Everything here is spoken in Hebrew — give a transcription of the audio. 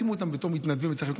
שימו אותם בתור מתנדבים אצלכם,